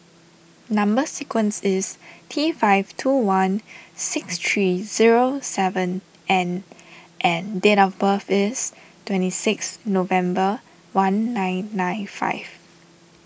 Number Sequence is T five two one six three zero seven N and date of birth is twenty six November one nine nine five